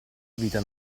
vita